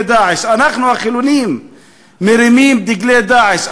"דאעש" אנחנו החילונים מרימים דגלי "דאעש".